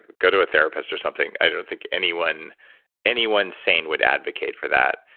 go to a therapist or something. i don't think anyone anyone sane would advocate for that.